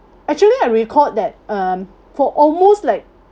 actually I recalled that um for almost like